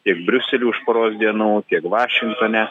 tiek briusely už poros dienų tiek vašingtone